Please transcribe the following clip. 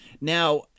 Now